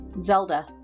Zelda